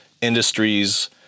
Industries